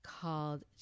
called